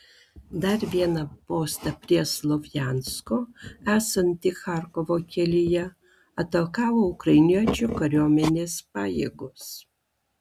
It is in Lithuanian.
dar vieną postą prie slovjansko esantį charkovo kelyje atakavo ukrainiečių kariuomenės pajėgos